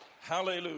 Hallelujah